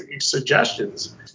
suggestions